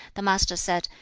the master said,